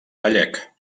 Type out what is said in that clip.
gallec